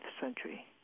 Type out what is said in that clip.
century